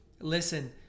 Listen